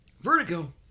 Vertigo